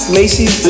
Macy's